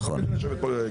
לא כדי לשבת פה.